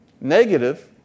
negative